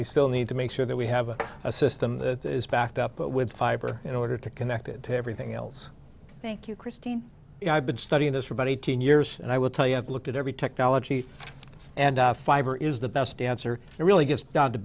we still need to make sure that we have a system that is backed up with fiber in order to connected to everything else thank you christine i've been studying this for about eighteen years and i will tell you i've looked at every technology and fiber is the best answer it really gets down to